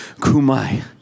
kumai